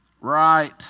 right